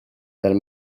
dal